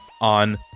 on